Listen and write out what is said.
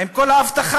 עם כל האבטחה.